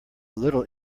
little